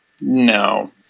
No